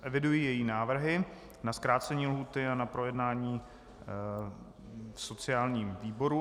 Eviduji její návrhy na zkrácení lhůty a na projednání v sociálním výboru.